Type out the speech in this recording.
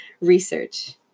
research